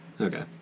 Okay